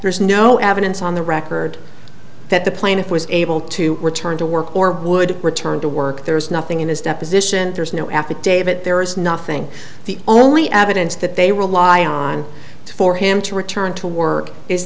there is no evidence on the record that the plaintiff was able to return to work or would return to work there is nothing in his deposition there's no affidavit there is nothing the only evidence that they rely on for him to return to work is